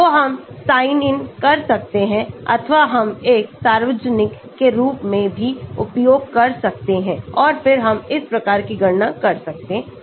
तो हम sign in कर सकते हैंअथवा हम एक सार्वजनिक के रूप में भी उपयोग कर सकते हैं और फिर हम इस प्रकार की गणना कर सकते हैं